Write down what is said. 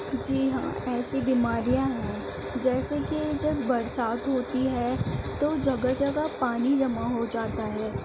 جی ہاں ایسی بیماریاں ہیں جیسے کہ جب برسات ہوتی ہے تو جگہ جگہ پانی جمع ہو جاتا ہے